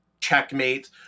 checkmate